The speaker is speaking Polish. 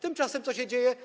Tymczasem co się dzieje?